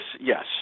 yes